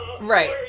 Right